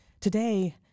today